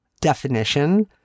definition